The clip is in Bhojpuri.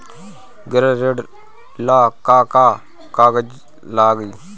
गृह ऋण ला का का कागज लागी?